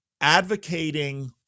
advocating